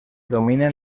dominen